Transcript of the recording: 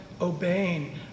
obeying